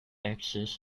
axis